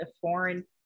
foreign